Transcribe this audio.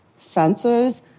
sensors